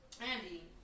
Andy